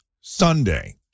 Sunday